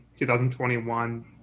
2021